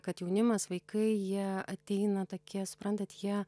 kad jaunimas vaikai jie ateina tokie suprantat jie